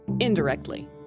Indirectly